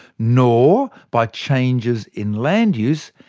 nor by changes in land use,